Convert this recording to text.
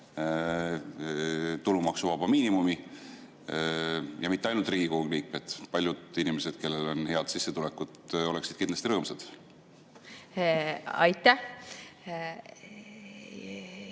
tulumaksuvaba miinimumi? Ja mitte ainult Riigikogu liikmed, paljud muudki inimesed, kellel on hea sissetulek, oleksid kindlasti rõõmsad. Aitäh,